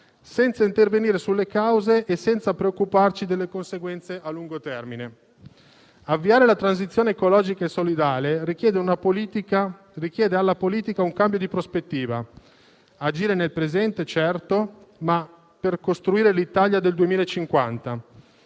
senza intervenire sulle cause e senza preoccuparci delle conseguenze a lungo termine. Avviare la transizione ecologica e solidale richiede alla politica un cambio di prospettiva: agire nel presente, certo, ma per costruire l'Italia del 2050.